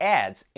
ads